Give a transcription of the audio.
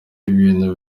ibintu